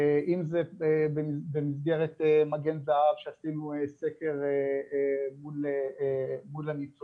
אם זה במסגרת "מגן זהב", שעשינו סקר לכל הניצולים